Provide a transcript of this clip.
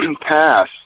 pass